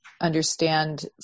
understand